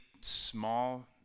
small